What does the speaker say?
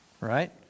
Right